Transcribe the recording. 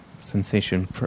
sensation